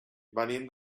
venim